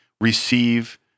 receive